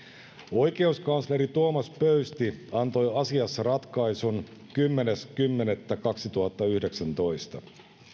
oikeuskansleri tuomas pöysti antoi asiassa ratkaisun kymmenes kymmenettä kaksituhattayhdeksäntoista